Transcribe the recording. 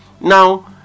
Now